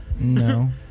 No